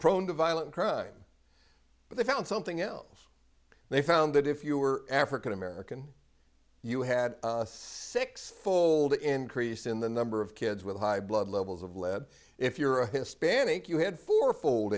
prone to violent crime but they found something else they found that if you were african american you had a six fold increase in the number of kids with high blood levels of lead if you're a hispanic you had four fold